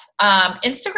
Instagram